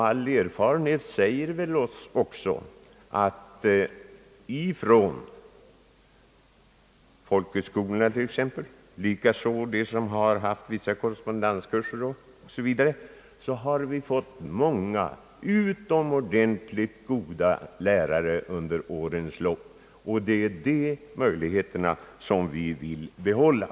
All erfarenhet säger väl oss också att vi från folkhögskolorna och likaså från korrespondensinstituten har fått många utomordentligt goda lärare under årens lopp. Det är dessa möjligheter vi vill behålla.